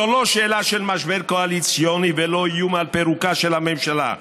זו לא שאלה של משבר קואליציוני ולא איום בפירוק הממשלה.